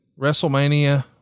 WrestleMania